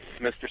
Mr